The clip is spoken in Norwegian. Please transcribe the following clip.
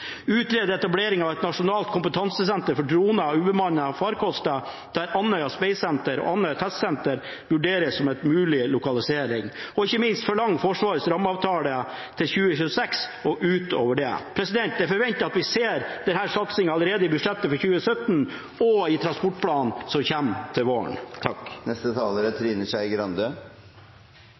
etablering av et nasjonalt kompetansesenter for droner/ubemannede farkoster, der Andøya Space Center og Andøya Test Center vurderes som en mulig lokalisering» Ikke minst forlenges Forsvarets rammeavtale til 2026 og ut over det. Jeg forventer derfor at vi ser denne satsingen allerede i budsjettet for 2017 og i transportplanen som kommer til våren.